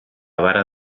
vara